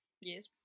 Yes